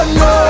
no